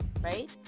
right